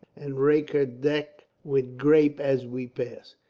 and rake her deck with grape as we pass.